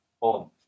on